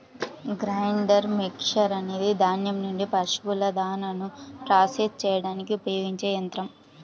grinder mixer అనేది ధాన్యం నుండి పశువుల దాణాను ప్రాసెస్ చేయడానికి ఉపయోగించే యంత్రం